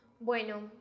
Bueno